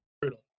Brutal